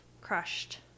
crushed